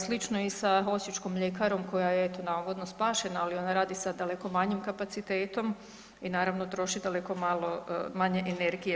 Slično je i sa Osječkom mljekarom koja je eto navodno spašena, ali ona radi sa daleko manjim kapacitetom i naravno troši daleko manje energije.